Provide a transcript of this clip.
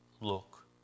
look